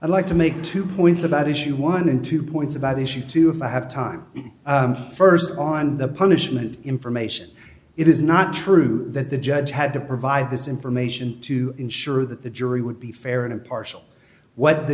i'd like to make two points about issue one and two points about issue two if i have time st on the punishment information it is not true that the judge had to provide this information to ensure that the jury would be fair and impartial what the